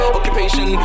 Occupation